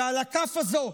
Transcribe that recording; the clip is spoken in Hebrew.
ועל הכף הזו,